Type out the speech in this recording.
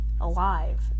alive